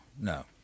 no